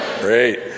Great